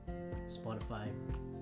Spotify